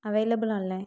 available ആണല്ലേ